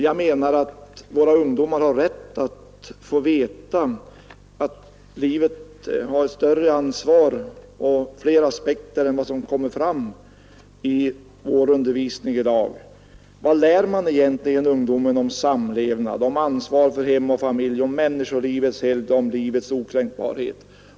Jag menar att våra ungdomar har rätt att få veta, att livet innebär ett större ansvar och har fler aspekter än vad som kommer fram i vår skolundervisning i dag. Vad lär man egentligen ungdomar om samlevnad, om ansvar för hem och familj, om människolivets helgd, om livets okränkbarhet?